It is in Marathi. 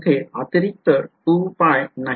तर तिथे अतिरिक्त नाहीये